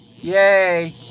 yay